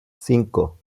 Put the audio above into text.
cinco